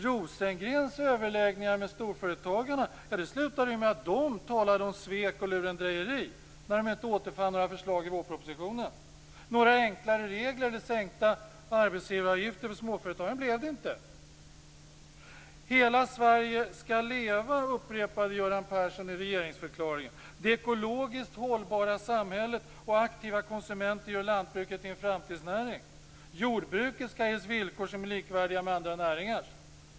Rosengrens överläggningar med storföretagarna slutade med att de talade om svek och lurendrejeri när de inte återfann några förslag i vårpropositionen. Några enklare regler eller sänkta arbetsgivaravgifter för småföretagarna blev det inte. Hela Sverige skall leva, upprepade Göran Persson i regeringsförklaringen. Det ekologiskt hållbara samhället och aktiva konsumenter gör lantbruket till en framtidsnäring. Jordbruket skall ges villkor som är likvärdiga med andra näringars.